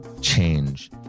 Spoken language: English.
change